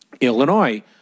Illinois